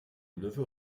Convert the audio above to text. neveu